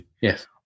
yes